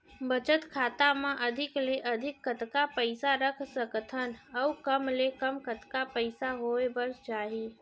बचत खाता मा अधिक ले अधिक कतका पइसा रख सकथन अऊ कम ले कम कतका पइसा होय बर चाही?